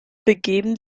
begeben